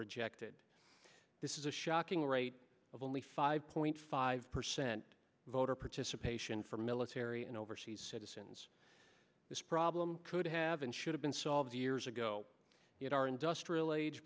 rejected this is a shocking rate of only five point five percent voter participation for military and overseas citizens this problem could have and should have been solved years ago that our industrial age